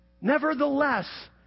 nevertheless